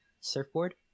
surfboard